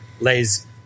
lays